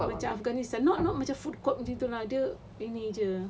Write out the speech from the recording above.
macam afghanistan not not food court macam tu lah dia ini jer